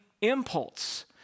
impulse